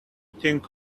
think